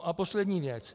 A poslední věc.